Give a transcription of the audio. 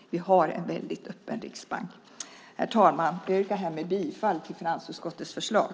Vi har en väldigt öppen riksbank. Herr talman! Jag yrkar härmed bifall till finansutskottets förslag.